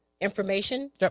Information